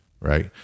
Right